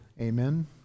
Amen